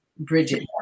Bridget